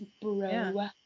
bro